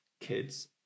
kids